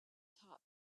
top